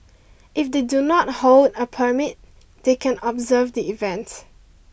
if they do not hold a permit they can observe the event